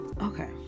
Okay